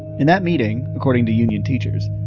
in that meeting, according to union teachers,